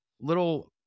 little